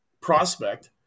prospect